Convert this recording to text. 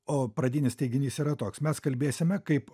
o pradinis teiginys yra toks mes kalbėsime kaip